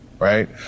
Right